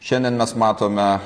šiandien mes matome